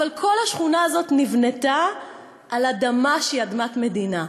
אבל כל השכונה הזאת נבנתה על אדמה שהיא אדמת מדינה.